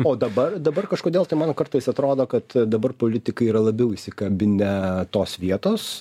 o dabar dabar kažkodėl tai man kartais atrodo kad dabar politikai yra labiau įsikabinę tos vietos